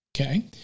okay